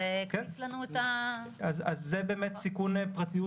זה הקפיץ לנו את ה -- אז זה באמת סיכון פרטיות